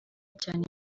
cyane